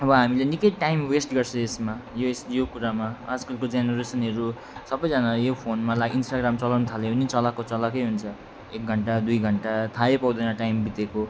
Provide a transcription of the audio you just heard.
अब हामीले निकै टाइम वेस्ट गर्छ यसमा यस यो कुरामा आजकलको जेनेरेसनहरू सबैजना यो फोनमा ला इन्स्टाग्राम चलाउन थाल्यो भने चलाएको चलाएकै हुन्छ एक घन्टा दुई घन्टा थाहै पाउँदैन टाइम बितेको